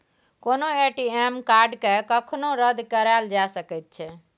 कोनो ए.टी.एम कार्डकेँ कखनो रद्द कराएल जा सकैत छै